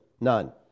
none